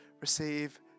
receive